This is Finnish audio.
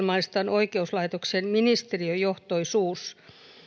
oikeuslaitoksen ministeriöjohtoisuus